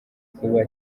kuba